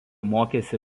mokėsi